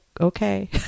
okay